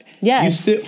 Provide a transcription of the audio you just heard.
Yes